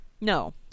No